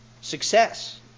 success